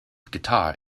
guitar